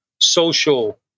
social